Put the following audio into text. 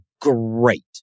great